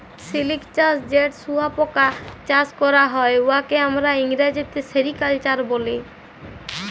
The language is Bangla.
সিলিক চাষ যেট শুঁয়াপকা চাষ ক্যরা হ্যয়, উয়াকে আমরা ইংরেজিতে সেরিকালচার ব্যলি